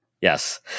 Yes